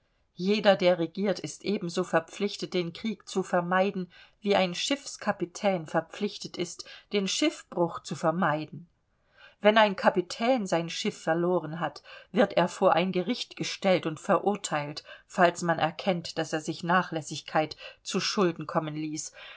jeder der regiert ist ebenso verpflichtet den krieg zu vermeiden wie ein schiffskapitän verpflichtet ist den schiffbruch zu vermeiden wenn ein kapitän sein schiff verloren hat wird er vor ein gericht gestellt und verurteilt falls man erkennt daß er sich nachlässigkeit zuschulden kommen ließ